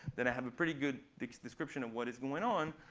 than i have a pretty good description of what is going on,